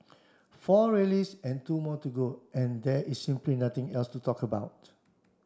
four rallies and two more to go and there is simply nothing else to talk about